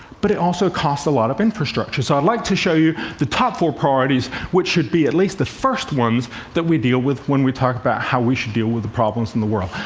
but it also costs a lot of infrastructure. so i'd like to show you the top four priorities which should be at least the first ones that we deal with when we talk about how we should deal with the problems in the world.